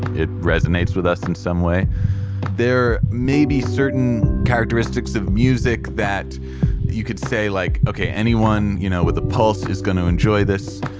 it resonates with us in some way there may be certain characteristics of music that you could say, like okay, anyone you know with a pulse is going to enjoy this.